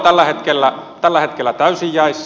ne ovat tällä hetkellä täysin jäissä